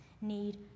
need